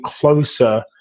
closer